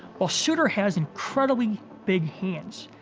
well, sutter has incredibly big hands,